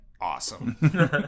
Awesome